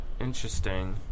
interesting